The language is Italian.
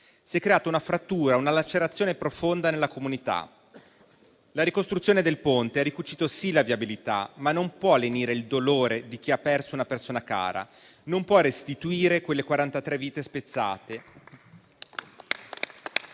si è creata una frattura, una lacerazione profonda nella comunità. La ricostruzione del ponte ha sì ricucito la viabilità, ma non può lenire il dolore di chi ha perso una persona cara, non può restituire quelle 43 vite spezzate.